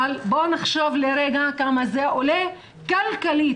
אבל בואו נחשוב לרגע כמה זה עולה כלכלית